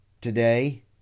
today